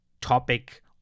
topic